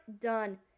Done